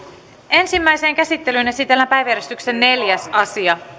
ensimmäiseen käsittelyyn esitellään päiväjärjestyksen neljäs asia